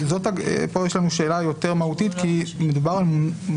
פה יש לנו שאלה יותר מהותית, כי אנחנו לא מצאנו